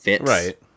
Right